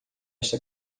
esta